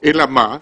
אלא מה?